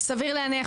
עדיין.